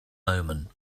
omen